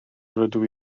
rydw